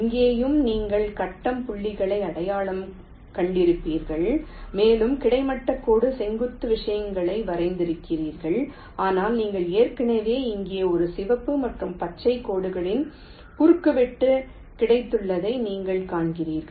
இங்கேயும் நீங்கள் கட்டம் புள்ளிகளை அடையாளம் கண்டிருப்பீர்கள் மேலும் கிடைமட்ட கோடு செங்குத்து விஷயங்களை வரைந்திருக்கிறீர்கள் ஆனால் நீங்கள் ஏற்கனவே இங்கே ஒரு சிவப்பு மற்றும் பச்சை கோடுகளின் குறுக்குவெட்டு கிடைத்துள்ளதை நீங்கள் காண்கிறீர்கள்